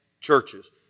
churches